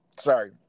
sorry